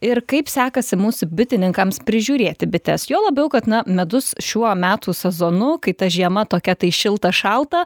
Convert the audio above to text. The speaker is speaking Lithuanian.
ir kaip sekasi mūsų bitininkams prižiūrėti bites juo labiau kad na medus šiuo metų sezonu kai ta žiema tokia tai šilta šalta